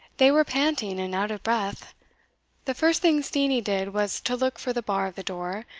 they were panting and out of breath the first thing steenie did was to look for the bar of the door,